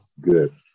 Good